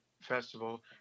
festival